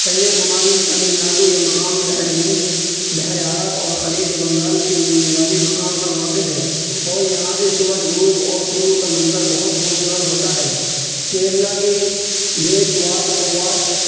کنیاں کماری تمل ناڈو یہ مقام بحر ہند بحر عرب اور خلیج بنگال کی ملنے والے مقام پر واقع ہے اور یہاں سے سورج غروب اور طلوع کا منظر بہت خوبصورت ہوتا ہے کیرلا کے بیک واٹرس